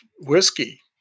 whiskey